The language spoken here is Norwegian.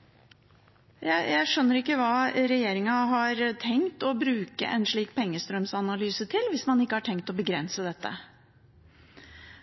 skatteparadis. Jeg skjønner ikke hva regjeringen har tenkt å bruke en slik pengestrømsanalyse til, hvis det ikke er for å begrense dette.